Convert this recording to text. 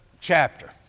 chapter